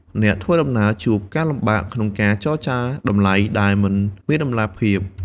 អ្នកដំណើរជួបការលំបាកក្នុងការចរចាតម្លៃដែលមិនមានតម្លាភាព។